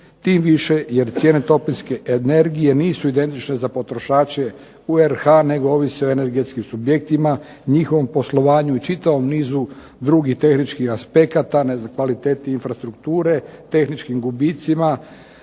tim više jer cijene toplinske energije nisu identične za potrošače u RH nego ovise o energetskim subjektima, njihovom poslovanju i čitavom nizu drugih tehničkih aspekata, kvaliteti infrastrukture, tehničkim gubicima,